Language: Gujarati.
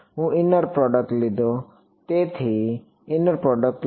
હું ઇનર પ્રોડક્ટ લીધો તેથી ઇનર પ્રોડક્ટ લો